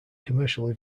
commercially